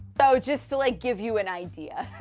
so just to, like, give you an idea.